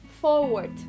forward